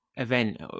event